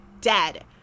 dead